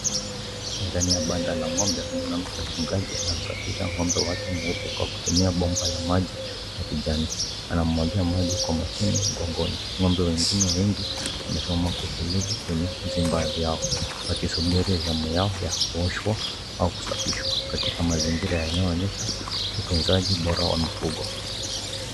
Ndani ya banda la ng'ombe mwanamke mfugaji anamsafisha ng'ombe wake katika kutumia bomba la maji na kijani, anammwagia maji kwa makini mgongoni, ng'ombe wengine wengi wamesimama kwa utulivu kwenye vizimba vyao, wakingoja zamu yao ya kuoshwa au kusafishwa katika mazingira yanayoonyesha utunzaji bora wa mifugo.